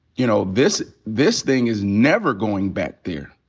you know, this this thing is never going back there.